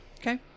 Okay